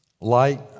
Light